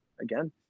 again